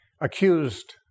Accused